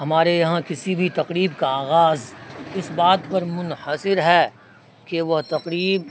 ہمارے یہاں کسی بھی تقریب کا آغاز اس بات پر منحصر ہے کہ وہ تقریب